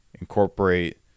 incorporate